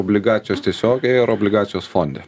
obligacijos tiesiogiai ar obligacijos fonde